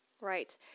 Right